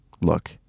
look